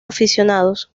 aficionados